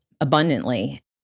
abundantly